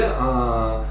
un